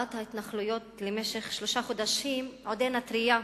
ההתנחלויות למשך שלושה חודשים עודנה טרייה,